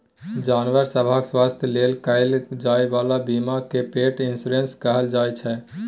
जानबर सभक स्वास्थ्य लेल कराएल जाइ बला बीमा केँ पेट इन्स्योरेन्स कहल जाइ छै